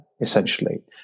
essentially